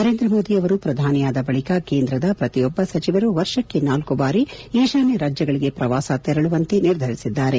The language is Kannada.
ನರೇಂದ್ರ ಮೋದಿ ಅವರು ಪ್ರಧಾನಿಯಾದ ಬಳಿಕ ಕೇಂದ್ರದ ಪ್ರತಿಯೊಬ್ಬ ಸಚಿವರು ವರ್ಷಕ್ಕೆ ನಾಲ್ಕು ಬಾರಿ ಈಶಾನ್ಯ ರಾಜ್ಯಗಳಿಗೆ ಪ್ರವಾಸ ತೆರಳುವಂತೆ ನಿರ್ಧರಿಸಿದ್ದಾರೆ